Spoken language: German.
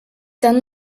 dann